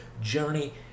journey